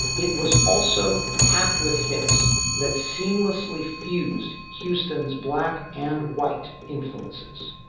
it was also packed with hits that seamlessly fused houston's black and white influences,